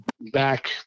back